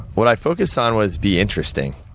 what i focused on was, be interesting.